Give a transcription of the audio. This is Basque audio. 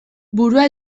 burua